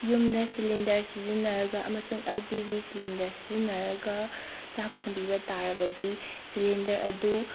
ꯌꯨꯝꯗ ꯁꯤꯂꯤꯟꯗꯔ ꯁꯤꯖꯤꯟꯅꯔꯒ ꯑꯃꯁꯨꯡ ꯑꯦꯜ ꯄꯤ ꯖꯤ ꯁꯤꯂꯤꯟꯗꯔ ꯁꯤꯖꯤꯟꯅꯔꯒ ꯆꯥꯛ ꯊꯣꯡꯕꯤꯕ ꯇꯥꯔꯕꯗꯤ ꯁꯤꯂꯤꯟꯗꯔ ꯑꯗꯨ